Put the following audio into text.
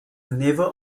naval